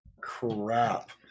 crap